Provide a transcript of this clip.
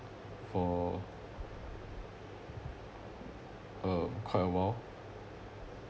for um quite a while